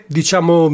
diciamo